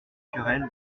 querelle